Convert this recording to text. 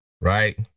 right